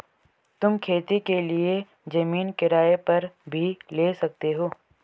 तुम खेती के लिए जमीन किराए पर भी ले सकते हो